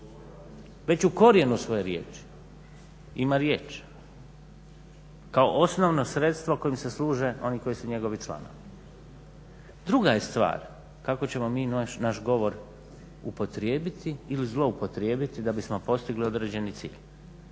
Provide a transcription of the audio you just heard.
već u korijenu svoje riječi ima riječ kao osnovno sredstvo kojim se služe oni koji su njegovi članovi. Druga je stvar kako ćemo mi naš govor upotrijebiti ili zloupotrijebiti da bismo postigli određeni cilj.